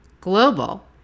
global